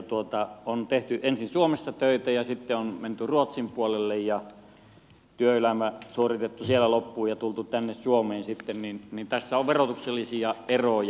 kun on tehty ensin suomessa töitä ja sitten on menty ruotsin puolelle ja työelämä suoritettu siellä loppuun ja tultu tänne suomeen sitten niin tässä on verotuksellisia eroja